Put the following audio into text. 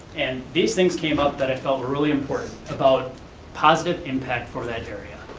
and these things came up that i felt were really important. about positive impact for that area.